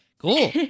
cool